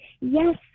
yes